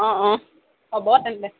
অঁ অঁ হ'ব তেন্তে